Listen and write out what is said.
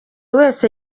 wese